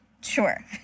Sure